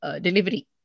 delivery